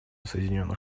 соединенных